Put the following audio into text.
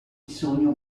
sogno